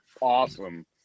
awesome